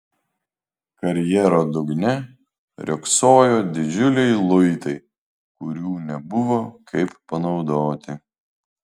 karjero dugne riogsojo didžiuliai luitai kurių nebuvo kaip panaudoti